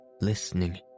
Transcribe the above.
listening